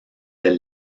del